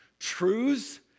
truths